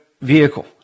vehicle